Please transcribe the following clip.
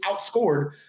outscored